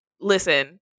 listen